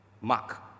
Mark